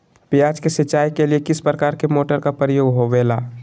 प्याज के सिंचाई के लिए किस प्रकार के मोटर का प्रयोग होवेला?